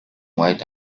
white